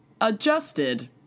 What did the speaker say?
adjusted